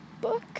book